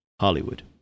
Hollywood